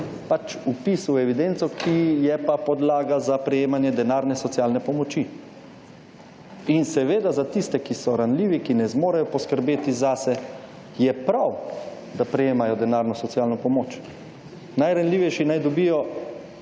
pač vpis v evidenco, ki je pa podlaga za prejemanje denarne socialne pomoči. In seveda za tiste, ki so ranljivi, ki ne zmorejo poskrbeti zase, je prav, da prejemajo denarno socialno pomoč. Najranljivejši naj dobijo